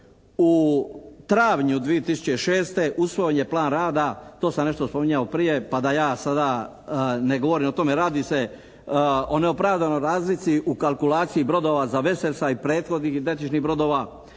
u travnju 2006. usvojen je plan rada, to sam nešto spominjao prije, pa da ja sada ne govorim o tome, radi se o neopravdanoj razlici u kalkulaciji brodova za "Veselsa" i prethodnih identičnih brodova.